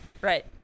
right